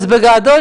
אז בגדול,